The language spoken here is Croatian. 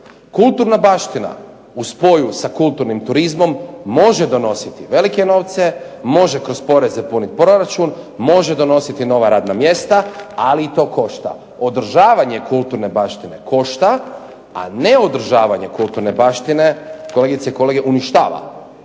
Kulturna baština u spoju sa kulturnim turizmom može donositi velike novce, može kroz poreze puniti proračun, može donositi nova radna mjesta, ali i to košta. Održavanje kulturne baštine košta, a neodržavanje kulturne baštine, kolegice i kolege uništava